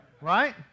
Right